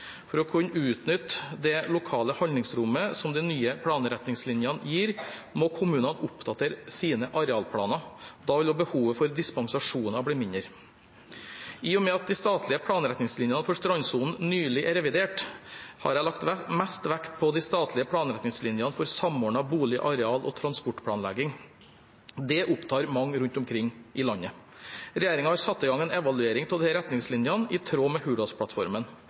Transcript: For å kunne utnytte det lokale handlingsrommet som de nye planretningslinjene gir, må kommunene oppdatere sine arealplaner. Da vil også behovet for dispensasjoner bli mindre. I og med at de statlige planretningslinjene for strandsonen nylig er revidert, har jeg lagt mest vekt på de statlige planretningslinjene for samordnet bolig-, areal- og transportplanlegging. Det opptar mange rundt omkring i landet. Regjeringen har satt i gang en evaluering av disse retningslinjene, i tråd med